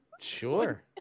Sure